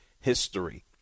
history